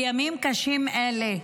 בימים קשים אלה,